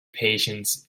patience